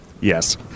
Yes